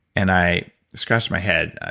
and i scratched my head,